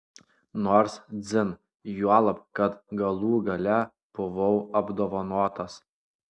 nors dzin juolab kad galų gale buvau apdovanotas